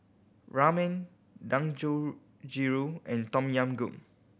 Ramen Dangojiru and Tom Yam Goong